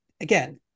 again